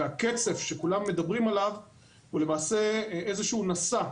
והקצף שכולם מדברים עליו הוא למעשה איזשהו נשא.